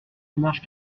démarche